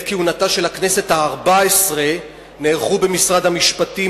בעת כהונתה של הכנסת הארבע-עשרה נערכו במשרד המשפטים